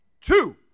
Two